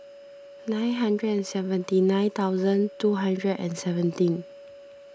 nine hundred and seventy nine thousand two hundred and seventeen